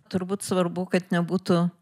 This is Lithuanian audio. turbūt svarbu kad nebūtų